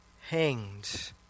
hanged